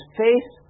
face